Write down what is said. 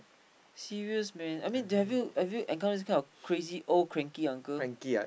serious man I mean have you have you encounter this kind of crazy old cranky uncle